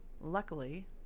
Luckily